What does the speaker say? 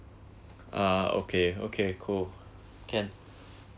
uh okay okay cool can